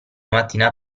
mattina